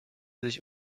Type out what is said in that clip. sich